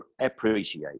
appreciate